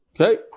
Okay